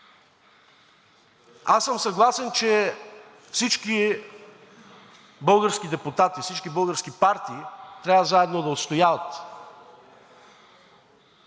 Аз съм съгласен, че всички български депутати, всички български партии трябва заедно да отстояват